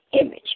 image